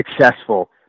successful